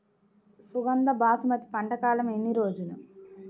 సుగంధ బాసుమతి పంట కాలం ఎన్ని రోజులు?